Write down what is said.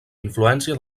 influència